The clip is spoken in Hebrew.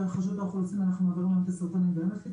דרך רשות האוכלוסין אנחנו מעבירים להם את הסרטונים והם מפיצים